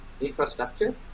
infrastructure